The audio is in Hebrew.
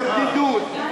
ברדידות,